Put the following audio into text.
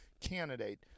candidate